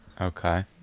Okay